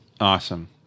Awesome